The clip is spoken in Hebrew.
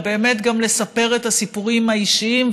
באמת לספר גם את הסיפורים האישיים.